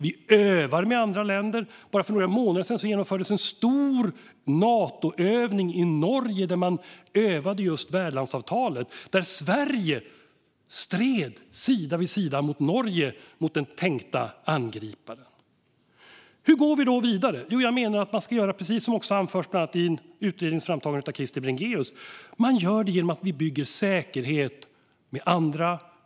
Vi övar med andra länder; bara för några månader sedan genomfördes en stor Natoövning i Norge där man övade just värdlandsavtalet. Då stred Sverige sida vid sida med Norge mot den tänkta angriparen. Hur går vi då vidare? Jo, jag menar att vi ska göra precis som anförs bland annat i utredningsframtagandet av Krister Bringéus: genom att bygga säkerhet med andra.